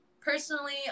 personally